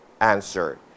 answer